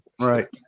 Right